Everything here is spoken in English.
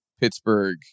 Pittsburgh